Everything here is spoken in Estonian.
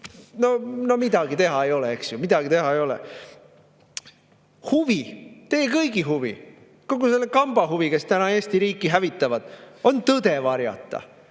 No midagi teha ei ole, midagi teha ei ole. Teie kõigi huvi, kogu selle kamba huvi, kes täna Eesti riiki hävitab, on tõde varjata.